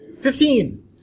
Fifteen